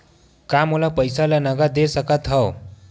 का मोला पईसा ला नगद दे सकत हव?